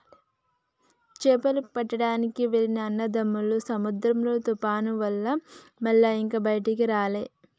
చేపలు పట్టడానికి వెళ్లిన అన్నదమ్ములు సముద్రంలో తుఫాను వల్ల మల్ల ఇక బయటికి రాలే